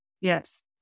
Yes